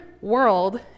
world